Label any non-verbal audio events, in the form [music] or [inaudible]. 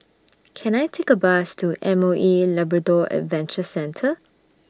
[noise] Can I Take A Bus to M O E Labrador Adventure Centre